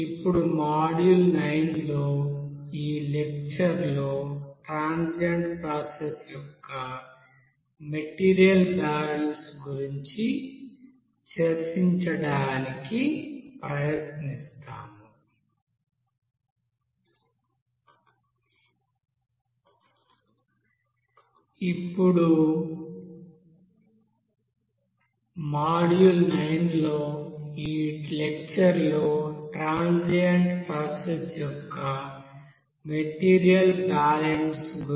ఇప్పుడు మాడ్యూల్ 9 లో ఈ లెక్చర్ లో ట్రాన్సియెంట్ ప్రాసెస్ యొక్క మెటీరియల్ బాలన్స్ గురించి చర్చించడానికి ప్రయత్నిస్తాము